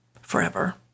forever